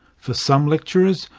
for some lecturers,